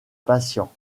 patients